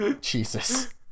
Jesus